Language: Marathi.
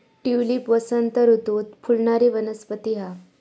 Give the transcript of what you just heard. ट्यूलिप वसंत ऋतूत फुलणारी वनस्पती हा